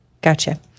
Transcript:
Gotcha